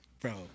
bro